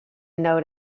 note